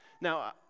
Now